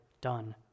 done